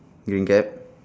green cap